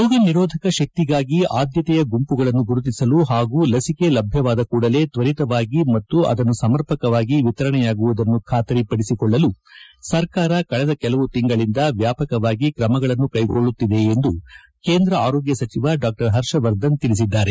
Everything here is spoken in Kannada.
ರೋಗ ನಿರೋಧಕ ಶಕ್ತಿಗಾಗಿ ಆದ್ಕತೆಯ ಗುಂಮಗಳನ್ನು ಗುರುತಿಸಲು ಹಾಗೂ ಲಸಿಕೆ ಲಭ್ಯವಾದ ಕೂಡಲೇ ತ್ವರಿತವಾಗಿ ಮತ್ತು ಅದನ್ನು ಸಮರ್ಪಕವಾಗಿ ವಿತರಣೆಯಾಗುವುದನ್ನು ಬಾತರಿಪಡಿಸಿಕೊಳ್ಳಲು ಸರ್ಕಾರ ಕಳೆದ ಕೆಲವು ತಿಂಗಳುಗಳಿಂದ ವ್ಯಾಪಕವಾಗಿ ಕ್ರಮಗಳನ್ನು ಕೈಗೊಳ್ಳುತ್ತಿದೆ ಎಂದು ಕೇಂದ್ರ ಆರೋಗ್ಕ ಸಚಿವ ಡಾ ಹರ್ಷವರ್ಧನ್ ತಿಳಿಸಿದ್ದಾರೆ